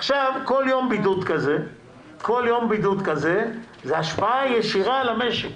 עכשיו, כל יום בידוד כזה זו השפעה ישירה על המשק.